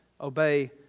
obey